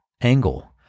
angle